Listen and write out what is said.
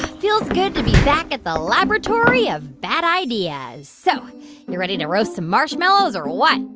feels good to be back at the laboratory of bad ideas. so you ready to roast some marshmallows or what?